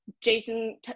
Jason